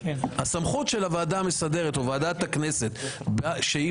הסמכות של הוועדה המסדרת או ועדת הכנסת שהיא